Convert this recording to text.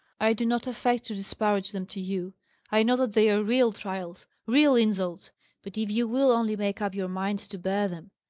i do not affect to disparage them to you i know that they are real trials, real insults but if you will only make up your mind to bear them,